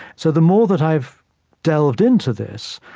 so the more that i've delved into this,